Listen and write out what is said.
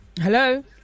Hello